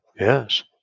Yes